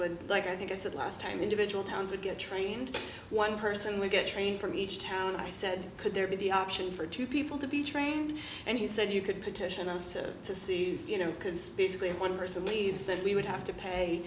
would like i think i said last time individual towns would get trained one person would get train from each town i said could there be the option for two people to be trained and he said you could petition us to to see you know because basically one person leaves then we would have to pay